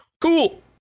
Cool